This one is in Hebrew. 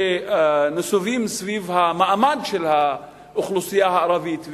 שנסבים סביב המעמד של האוכלוסייה הערבית,